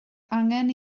angen